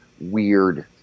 weird